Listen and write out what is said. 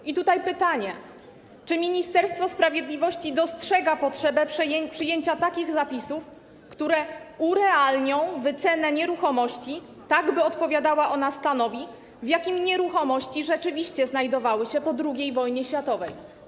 I tutaj pytanie: Czy Ministerstwo Sprawiedliwości dostrzega potrzebę przyjęcia takich zapisów, które urealnią wycenę nieruchomości, tak by odpowiadała ona stanowi, w jakim nieruchomości rzeczywiście znajdowały się po II wojnie światowej?